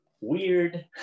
weird